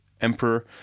emperor